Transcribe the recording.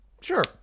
Sure